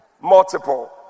multiple